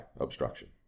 obstruction